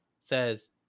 says